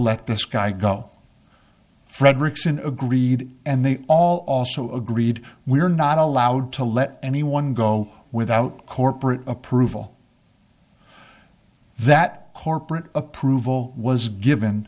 let this guy go fredrickson agreed and they all also agreed we're not allowed to let anyone go without corporate approval that corporate approval was given